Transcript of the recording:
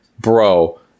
Bro